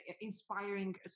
inspiring